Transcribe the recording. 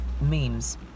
memes